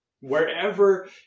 wherever